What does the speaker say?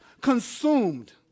consumed